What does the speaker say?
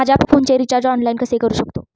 माझ्या फोनचे recharge online कसे करू शकतो?